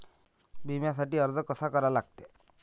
बिम्यासाठी अर्ज कसा करा लागते?